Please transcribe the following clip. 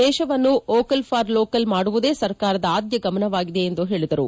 ದೇಶವನ್ನು vocal for local ಮಾಡುವುದೇ ಸರ್ಕಾರದ ಆದ್ಲ ಗಮನವಾಗಿದೆ ಎಂದು ಹೇಳಿದರು